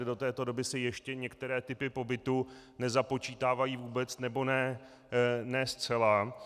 Do této doby se ještě některé typy pobytu nezapočítávají vůbec, nebo ne zcela.